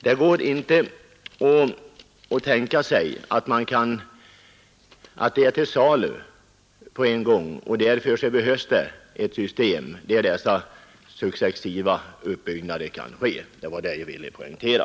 Man kan inte tänka sig att de är till salu samtidigt. Därför behövs det ett system som möjliggör en successiv uppbyggnad. Det var detta jag ville poängtera.